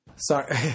Sorry